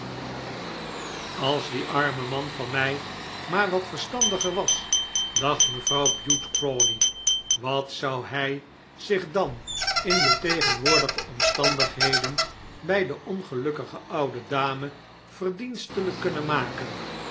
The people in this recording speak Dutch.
als die arme man van mij maar wat verstandiger was dacht mevrouw bute crawley wat zou hij zich dan in de tegenwoordige omstandigheden bij de ongelukkige oude dame verdienstelijk kunnen maken